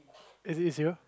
it is here